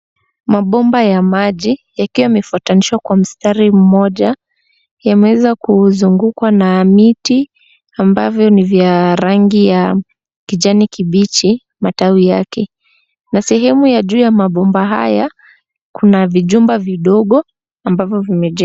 Mabomba ya maji yakiwa yamefuatanishwa kwa mstari mmoja. Yameweza kuzungukwa na miti ambavyo ni vya rangi ya kijani kibichi matawi yake na sehemu ya juu ya mabomba haya kuna vijumba vidogo ambavyo vimejengwa.